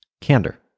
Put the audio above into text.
Candor